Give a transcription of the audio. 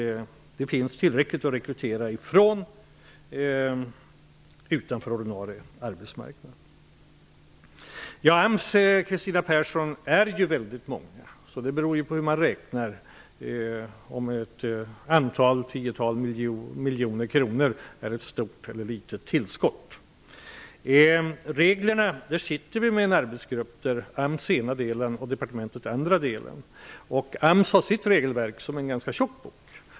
Det finns tillräckligt många människor som står utanför ordinarie arbetsmarknad att rekrytera bland. Om man skall betrakta ett tiotal miljoner kronor som ett stort eller litet tillskott beror på hur man räknar, Kristina Persson! Vad gäller reglerna kan jag säga att det finns en arbetsgrupp där AMS utgör ena delen och departementet den andra. AMS har sitt regelverk. Det är en ganska tjock bok.